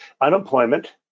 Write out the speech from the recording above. unemployment